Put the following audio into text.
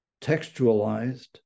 textualized